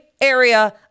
area